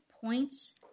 points